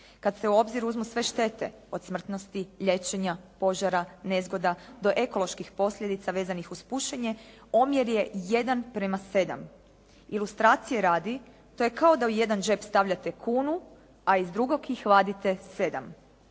Kad se u obzir uzmu sve štete od smrtnosti, liječenja, požara, nezgoda do ekoloških posljedica vezanih uz pušenje omjer je 1:7. Ilustracije radi to je kao da u jedan džep stavljate kunu, a iz drugog ih vadite 7.